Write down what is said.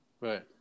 Right